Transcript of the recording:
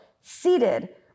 seated